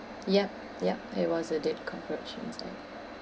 yup yup there was a dead cockroach inside